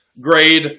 grade